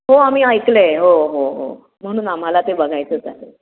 हो आम्ही ऐकले आहे हो हो हो म्हणून आम्हाला ते बघायचंच आहे